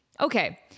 Okay